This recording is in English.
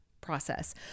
process